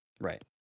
Right